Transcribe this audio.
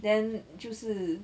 then 就是